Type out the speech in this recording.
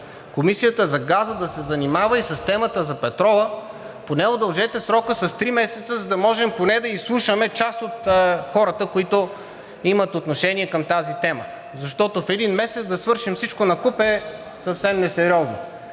Комисията за газа да се занимава и с темата за петрола, поне удължете срока с три месеца, за да можем поне да изслушаме част от хората, които имат отношение към тази тема, защото в един месец да свършим всичко накуп е съвсем несериозно.